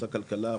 רוצה כלכלה,